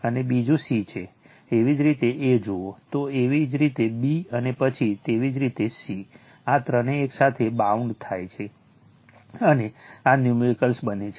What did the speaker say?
અને બીજું c છે એવી જ રીતે a જુઓ તો તેવી જ રીતે b અને પછી તેવી જ રીતે c આ ત્રણેય એકસાથે બાઉન્ડ થાય છે અને આ ન્યૂમેરિકલ બને છે